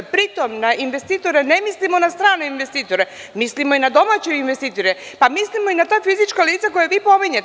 Pri tom, na investitore na mislimo na strane investitore, mislimo i na domaće investitore, mislimo i na ta fizička lica koja vi pominjete.